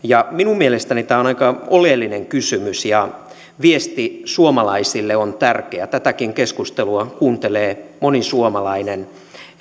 minun mielestäni tämä on aika oleellinen kysymys ja viesti suomalaisille on tärkeä tätäkin keskustelua kuuntelee moni suomalainen